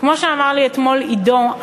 כמו שאמר לי אתמול עידו,